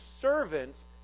servants